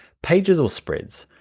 pages or spreads,